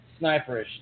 sniperish